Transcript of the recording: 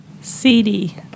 CD